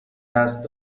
دست